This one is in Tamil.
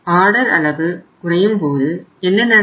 ஆர்டர் அளவு குறையும்போது என்ன நடக்கும்